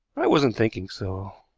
i wasn't thinking so.